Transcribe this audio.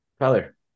Tyler